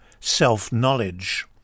self-knowledge